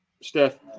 Steph